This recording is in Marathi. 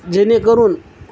जेणेकरून